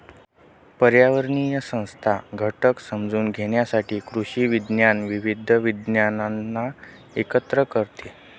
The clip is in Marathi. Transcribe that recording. पर्यावरणीय संस्था घटक समजून घेण्यासाठी कृषी विज्ञान विविध विज्ञानांना एकत्र करते